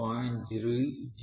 02 0